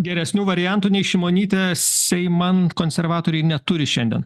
geresnių variantų nei šimonytė seiman konservatoriai neturi šiandien